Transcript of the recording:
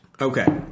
Okay